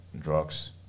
drugs